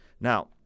Now